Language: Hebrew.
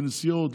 לנסיעות,